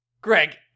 Greg